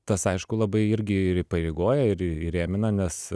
tas aišku labai irgi ir įpareigoja ir įrėmina nes